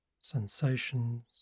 sensations